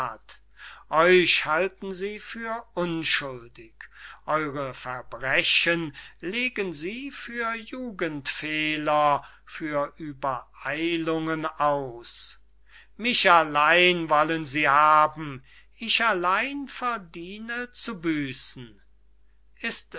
euch halten sie für unschuldig eure verbrechen legen sie für jugendfehler für uebereilungen aus mich allein wollen sie haben ich allein verdiene zu büssen ist